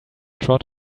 trot